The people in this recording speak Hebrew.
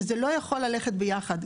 שזה לא יכול ללכת ביחד,